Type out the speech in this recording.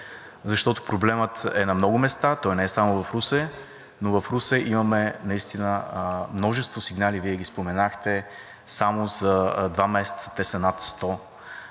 защото проблемът е на много места, той не е само в Русе, но в Русе имаме наистина множество сигнали, Вие ги споменахте. Само за два месеца те са над 100,